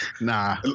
Nah